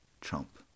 Trump